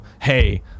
hey